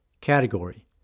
category